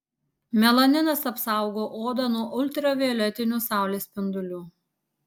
melaninas apsaugo odą nuo ultravioletinių saulės spindulių